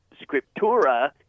scriptura